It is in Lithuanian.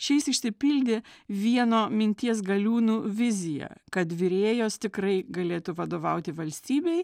šis išsipildė vieno minties galiūnų vizija kad virėjos tikrai galėtų vadovauti valstybei